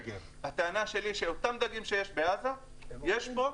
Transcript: הטענה שלי היא שאותם דגים שיש בעזה יש פה.